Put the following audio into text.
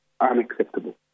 unacceptable